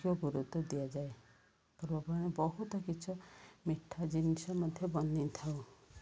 ଯୋଗ୍ୟ ଗୁରୁତ୍ୱ ଦିଆଯାଏ ପୂର୍ବମାନେ ବହୁତ କିଛି ମିଠା ଜିନିଷ ମଧ୍ୟ ବନେଇ ଥାଉ